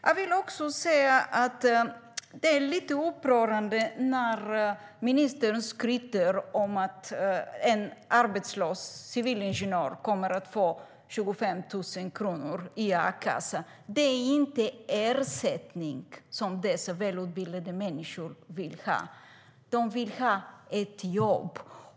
Jag vill också säga att det är lite upprörande när ministern skryter om att en arbetslös civilingenjör kommer att få 25 000 kronor i a-kassa. Det är inte ersättning som dessa välutbildade människor vill ha. De vill ha ett jobb.